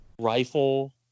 rifle